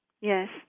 Yes